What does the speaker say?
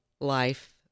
life